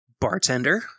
Bartender